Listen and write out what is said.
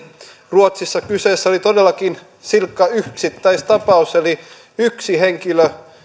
ruotsissa kyseessä oli todellakin silkka yksittäistapaus eli yksi henkilö